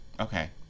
okay